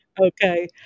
Okay